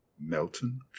Melton